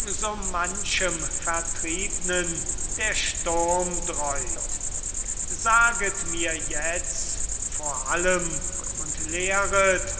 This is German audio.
so manchem vertriebnen der sturm dräut saget mir jetzt vor allem und lehret